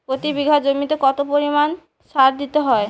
প্রতি বিঘা জমিতে কত পরিমাণ সার দিতে হয়?